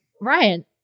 Ryan